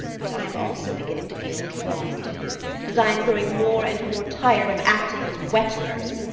but i am also beginning to feel drawn to him, as i am growing more and more tired of acting as wetnurse.